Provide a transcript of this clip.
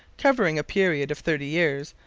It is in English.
covering a period of thirty years,